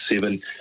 seven